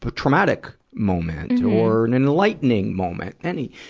but traumatic moment or and enlightening moment. any,